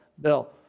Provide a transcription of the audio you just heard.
Bill